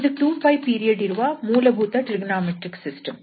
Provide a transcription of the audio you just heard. ಇದು 2𝜋 ಪೀರಿಯಡ್ ಇರುವ ಮೂಲಭೂತ ಟ್ರಿಗೊನೋಮೆಟ್ರಿಕ್ ಸಿಸ್ಟಮ್